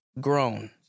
grown